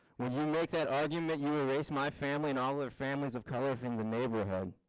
when you make that argument. you erase my family and all families of color. from the neighborhood.